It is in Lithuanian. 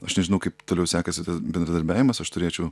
aš nežinau kaip toliau sekasi tas bendradarbiavimas aš turėčiau